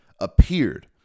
appeared